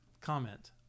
comment